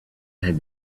had